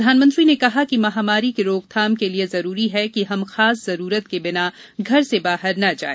प्रधानमंत्री ने कहा कि महामारी की रोकथाम के लिए जरूरी है कि हम खास जरूरत के बिना घर से बाहर न जाए